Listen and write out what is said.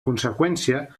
conseqüència